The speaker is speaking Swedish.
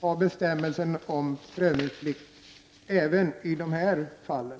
ha bestämmelsen om prövningsplikt även i dessa fall.